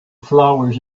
flowers